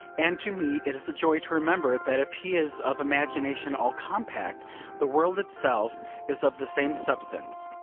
and to me it is a joy to remember that if he is of imagination all compact the world itself is of the same substance.